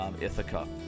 Ithaca